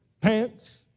pants